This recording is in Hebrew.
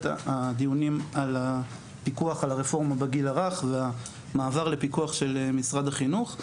הדיונים על הפיקוח על הרפורמה בגיל הרך והמעבר לפיקוח של משרד החינוך.